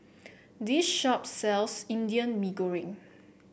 this shop sells Indian Mee Goreng